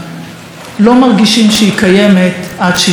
לא מרגישים שהיא קיימת עד שהיא נגמרת.